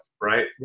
Right